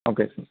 okay